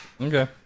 Okay